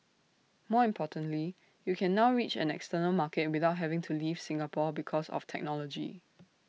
more importantly you can now reach an external market without having to leave Singapore because of technology